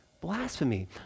Blasphemy